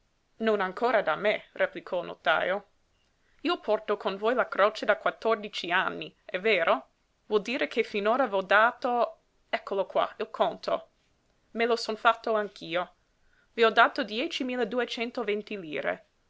non ancora da me replicò il notajo io porto con voi la croce da quattordici anni è vero vuol dire che finora v'ho dato eccolo qua il conto me lo son fatto anch'io vi ho dato diecimila duecento venti lire